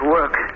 work